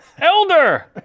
Elder